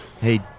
Hey